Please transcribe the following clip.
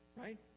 right